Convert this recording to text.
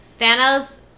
Thanos